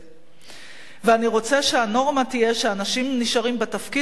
ואני רוצה שהנורמה תהיה שאנשים נשארים בתפקיד ויש המשכיות".